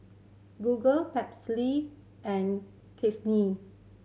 Google and